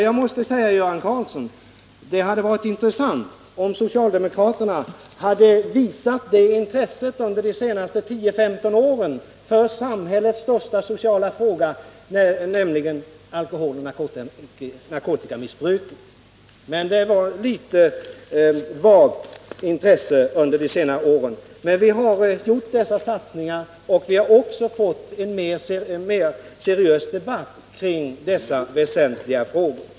Jag måste säga till Göran Karlsson: Det hade varit intressant, om socialdemokraterna under de 10-15 senaste åren hade visat det intresset för samhällets största sociala fråga, nämligen just alkoholoch narkotikamissbruket. Intresset har emellertid varit svagt under de senaste åren. Vi har alltså gjort dessa satsningar, och det har också blivit en seriösare debatt om dessa väsentliga frågor.